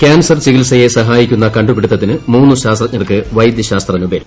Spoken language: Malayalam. ക്യാൻസർ ചികിത്സയെ സഹായിക്കുന്ന കണ്ടുപിടിത്തത്തിന് മൂന്ന് ശാസ്ത്രജ്ഞർക്ക് വൈദൃശാസ്ത്ര നൊബേൽ